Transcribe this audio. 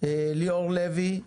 ליאור לוי.